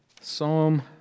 Psalm